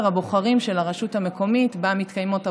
הבוחרים של הרשות המקומית שבה מתקיימות הבחירות,